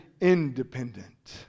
independent